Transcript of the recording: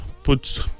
Put